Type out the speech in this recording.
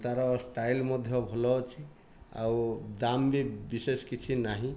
ତାର ଷ୍ଟାଇଲ୍ ମଧ୍ୟ ଭଲ ଅଛି ଆଉ ଦାମ୍ ବି ବିଶେଷ କିଛି ନାହିଁ